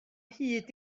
hyd